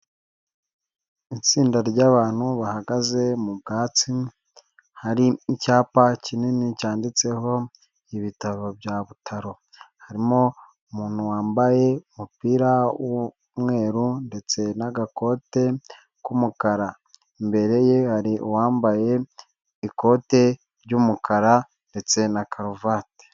Itsinda ry'abantu bahagaze mu bwatsi, hari icyapa kinini cyanditseho ibitaro bya Butaro. Harimo umuntu wambaye umupira w'umweru, ndetse n'agakote k'umukara. Imbere ye hari uwambaye ikote ry'umukara, ndetse na karuvati.